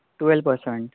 twelve percent